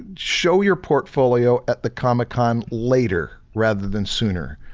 show your portfolio at the comic con later rather than sooner.